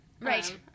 Right